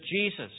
Jesus